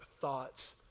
thoughts